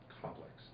complex